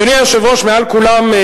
אדוני היושב-ראש, מעל כולם,